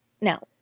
Now